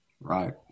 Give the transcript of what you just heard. Right